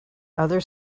other